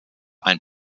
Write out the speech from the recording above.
ein